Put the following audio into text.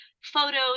photos